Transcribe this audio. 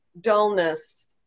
dullness